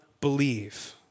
believe